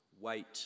Wait